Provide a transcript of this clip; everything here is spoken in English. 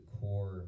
core